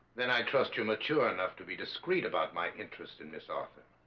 then i trust you mature enough to be discreet about my interest in miss arthur